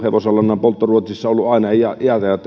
hevosenlannan poltto on ruotsissa ollut